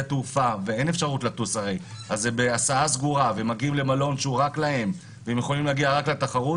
התעופה ויש הסעה סגורה למלון שמיועד רק להם והם יכולים להגיע רק לתחרות